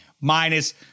minus